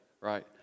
right